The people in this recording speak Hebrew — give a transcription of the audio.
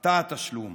אתה התשלום.